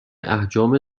احجام